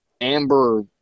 amber